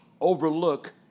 overlook